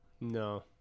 No